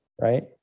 Right